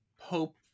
Pope